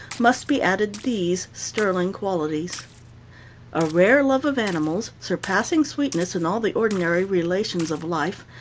must be added these sterling qualities a rare love of animals, surpassing sweetness in all the ordinary relations of life,